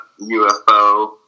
UFO